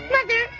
Mother